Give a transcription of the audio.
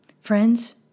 Friends